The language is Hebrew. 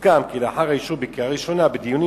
הוסכם כי לאחר האישור בקריאה ראשונה ובדיונים